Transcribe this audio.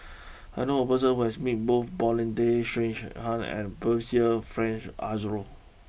I knew a person who has met both Paulin Tay Straughan and Percival Frank Aroozoo